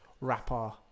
rapper